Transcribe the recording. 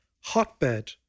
hotbed